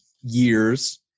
years